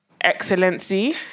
excellency